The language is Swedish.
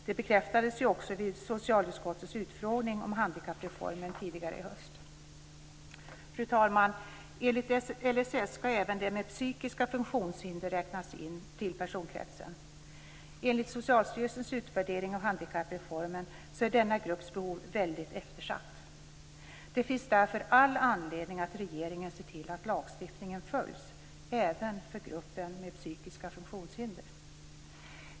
Det bekräftades ju också vid socialutskottets utfrågning om handikappreformen tidigare i höst. Fru talman! Enligt LSS skall även de med psykiska funktionshinder räknas till personkretsen. Enligt Socialstyrelsens utvärdering av handikappreformen så är denna grupps behov väldigt eftersatt. Det finns därför all anledning att regeringen ser till att lagstiftningen följs även för gruppen med psykiska funktionshinder.